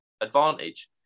advantage